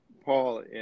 Paul